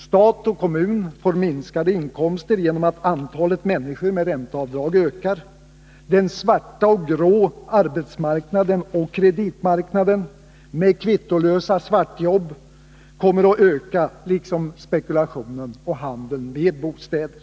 Stat och kommun får minskade inkomster genom att antalet människor med ränteavdrag ökar. Den svarta och grå arbetsmarknaden och kreditmarknaden med kvittolösa svartjobb kommer att öka, liksom spekulationen och handeln med bostäder.